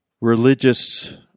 religious